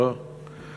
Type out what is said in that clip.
טוב.